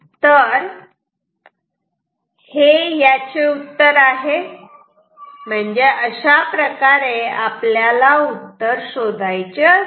तर हे याचे उत्तर आहे अशाप्रकारे आपल्याला उत्तर शोधायचे असते